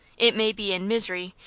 it may be in misery,